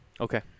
Okay